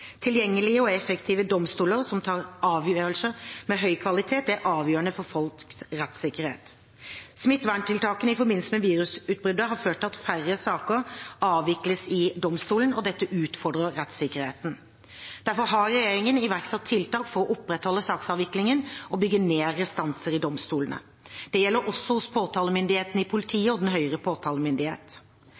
Tilgjengelige og effektive domstoler som tar avgjørelser med høy kvalitet, er avgjørende for folks rettssikkerhet. Smitteverntiltakene i forbindelse med virusutbruddet har ført til at færre saker avvikles i domstolene, og dette utfordrer rettssikkerheten. Derfor har regjeringen iverksatt tiltak for å opprettholde saksavviklingen og bygge ned restanser i domstolene. Det gjelder også hos påtalemyndigheten i politiet og Den